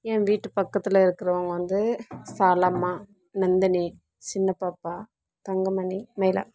என் வீட்டு பக்கத்தில் இருக்கிறவங்க வந்து சாலம்மா நந்தினி சின்னப்பாப்பா தங்கமணி நிலா